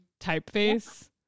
typeface